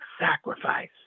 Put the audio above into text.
sacrifice